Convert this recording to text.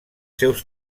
seus